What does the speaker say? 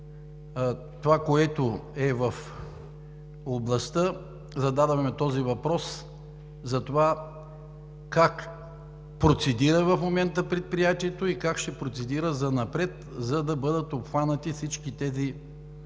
това, което е в областта, задаваме този въпрос: как процедира в момента предприятието и как ще процедира занапред, за да бъдат обхванати всички тези